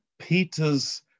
Peter's